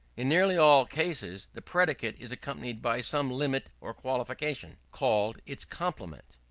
in nearly all cases, the predicate is accompanied by some limit or qualification, called its complement.